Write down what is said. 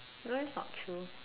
that's not true